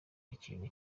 ikintu